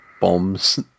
bombs